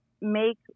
make